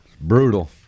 Brutal